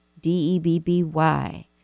D-E-B-B-Y